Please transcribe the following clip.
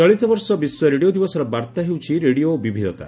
ଚଳିତବର୍ଷ ବିଶ୍ୱ ରେଡ଼ିଓ ଦିବସର ବାର୍ଭା ହେଉଛି 'ରେଡିଓ ଓ ବିବିଧତା'